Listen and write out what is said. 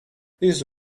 these